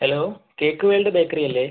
hello cake world bakery അല്ലേ